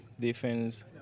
Defense